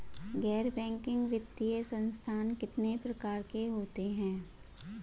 गैर बैंकिंग वित्तीय संस्थान कितने प्रकार के होते हैं?